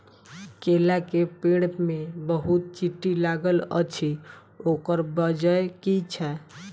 केला केँ पेड़ मे बहुत चींटी लागल अछि, ओकर बजय की छै?